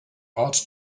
ought